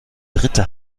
dritte